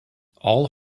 all